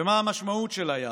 ומה המשמעות של היער.